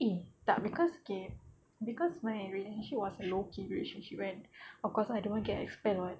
eh tak cause okay cause my relationship was low-key relationship kan of course ah I don't want to expelled [what]